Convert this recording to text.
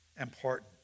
important